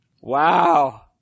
Wow